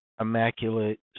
Immaculate